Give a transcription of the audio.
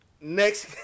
next